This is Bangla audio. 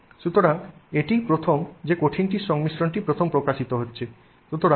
সুতরাং এটিই প্রথম যে কঠিনটির সংমিশ্রণটি প্রথম প্রকাশিত হচ্ছে